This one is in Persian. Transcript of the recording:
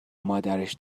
مادرش